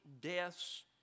deaths